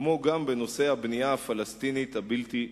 כמו גם בנושא הבנייה הפלסטינית הבלתי-חוקית.